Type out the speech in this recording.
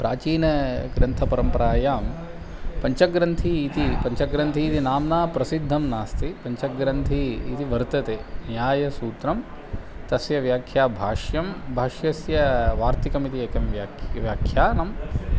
प्राचीनग्रन्थपरम्परायां पञ्चग्रन्थी इति पञ्चग्रन्थी इति नाम्ना प्रसिद्धं नास्ति पञ्चग्रन्थी इति वर्तते न्यायसूत्रं तस्य व्याख्या भाष्यं भाष्यस्य वार्तिकमिति एकं व्याख्या व्याख्यानम्